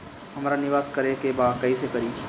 हमरा निवेश करे के बा कईसे करी?